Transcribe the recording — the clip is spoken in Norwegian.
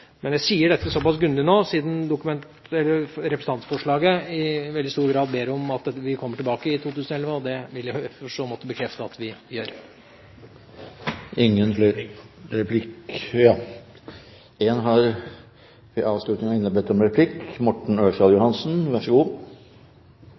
Jeg sier dette såpass grundig nå siden man i representantforslaget i veldig stor grad ber om at vi kommer tilbake i 2011, og det bekrefter jeg i så måte at vi gjør. Det blir replikkordskifte. Jeg skal ikke lage noen alvorlig sak ut av